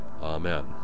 Amen